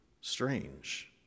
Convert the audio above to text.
strange